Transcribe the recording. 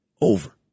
over